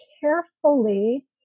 carefully